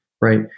right